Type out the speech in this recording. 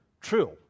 True